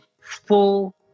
full